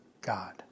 God